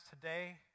today